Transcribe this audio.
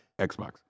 Xbox